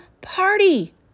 party